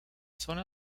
zona